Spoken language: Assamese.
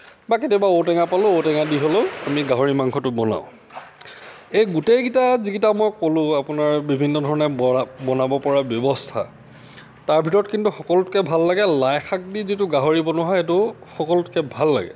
বা কেতিয়াবা ঔটেঙা পালোঁ ঔটেঙা দি হ'লেও আমি গাহৰি মাংসটো বনাওঁ এই গোটেইকেইটা যিকেইটা মই ক'লো আপোনাৰ বিভিন্ন ধৰণে বৰা বনাব পৰা ব্যৱস্থা তাৰ ভিতৰত কিন্তু সকলোতকৈ ভাল লাগে লাই শাক দি যিটো গাহৰি বনোৱা হয় সেইটো সকলোতকৈ ভাল লাগে